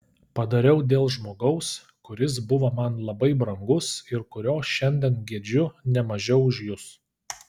padariau dėl žmogaus kuris buvo man labai brangus ir kurio šiandien gedžiu ne mažiau už jus